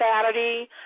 Saturday